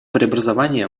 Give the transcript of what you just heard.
преобразования